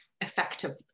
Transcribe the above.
effectively